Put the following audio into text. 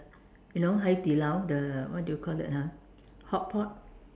you know Hai-Di-Lao the what do you call that ah hotpot